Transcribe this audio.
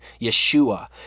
Yeshua